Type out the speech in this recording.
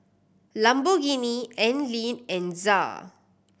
Lamborghini Anlene and ZA